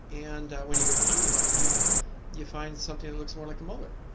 and when you go behind the buck teeth you find something that looks more like a molar.